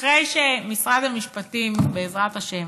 אחרי שמשרד המשפטים, בעזרת השם,